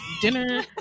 dinner